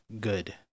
good